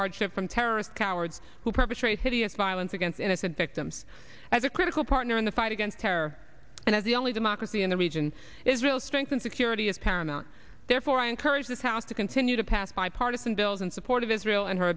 hardship from terrorist cowards who perpetrate hideous violence against innocent victims as a critical partner in the fight against terror and as the only democracy in the region israel strengthen security is paramount therefore i encourage this house to continue to pass bipartisan bills in support of israel and her